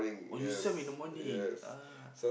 oh you swam in the morning ah